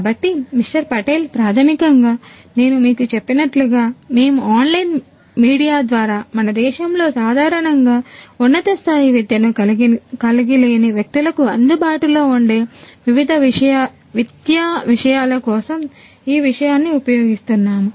కాబట్టి మిస్టర్ పటేల్ ప్రాథమికంగా నేను మీకు చెప్పినట్లుగా మేము ఆన్లైన్ మీడియా ద్వారా మన దేశంలో సాధారణంగా ఉన్నత స్థాయి విద్యను కలిగి లేని వ్యక్తులకు అందుబాటులో ఉండే విద్యా విషయాల కోసం ఈ విషయాన్ని ఉపయోగిస్తున్నాము